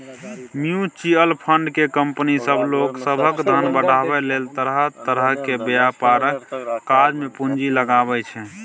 mutual fund केँ company सब लोक सभक धन बढ़ाबै लेल तरह तरह के व्यापारक काज मे पूंजी लगाबै छै